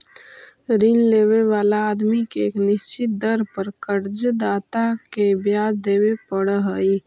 ऋण लेवे वाला आदमी के एक निश्चित दर पर कर्ज दाता के ब्याज देवे पड़ऽ हई